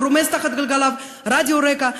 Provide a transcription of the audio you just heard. הוא רומס תחת גלגליו את רדיו רק"ע,